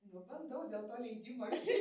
nu bandau dėl to leidimo išeit